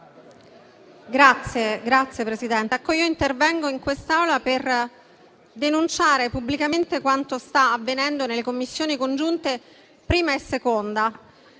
Signor Presidente, intervengo in quest'Aula per denunciare pubblicamente quanto sta avvenendo nelle Commissioni congiunte 1a e 2a.